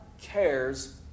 cares